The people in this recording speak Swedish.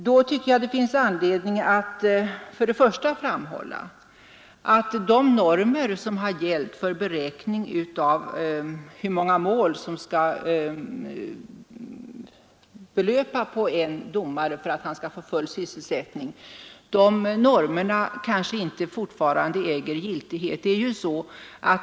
Då finns väl anledning framhålla att de normer som har gällt för beräkning hur många mål som skall belöpa på en domare för att han skall få full sysselsättning kanske inte fortfarande äger giltighet.